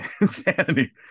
insanity